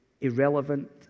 irrelevant